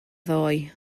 ddoe